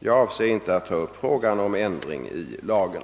Jag avser inte att ta upp frågan om ändring i lagen.